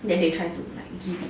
then they try to like give it